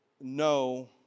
no